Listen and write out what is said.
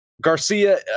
Garcia